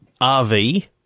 RV